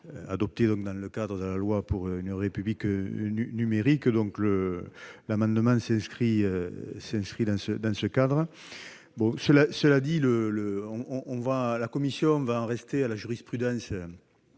adoptées dans le cadre de la loi pour une République numérique. Cet amendement s'inscrit donc dans ce cadre. Cela étant, la commission va en rester à la jurisprudence